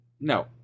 no